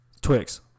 Twix